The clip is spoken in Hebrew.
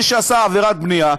מי שעשה עבירת בנייה,